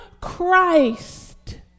Christ